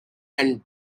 and